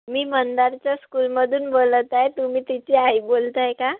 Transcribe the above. मी मंदारच्या स्कूलमधून बोलत आहे तुम्ही त्याची आई बोलत आहे का